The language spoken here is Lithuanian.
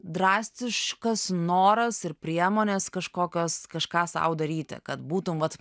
drastiškas noras ir priemonės kažkokios kažką sau daryti kad būtum vat